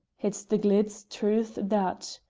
it's the glide's truth that,